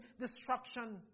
destruction